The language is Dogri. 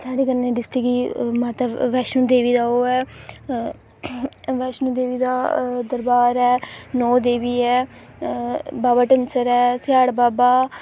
साढ़े कन्नै डिस्ट्रिक्ट गी माता वैष्णो देवी दा ओह् ऐ वैष्णो देवी दा दरबार ऐ नौ देवी ऐ बाबा डनसर ऐ सियाढ़ बाबा